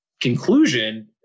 conclusion